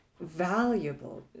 valuable